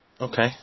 Okay